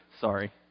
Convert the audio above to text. Sorry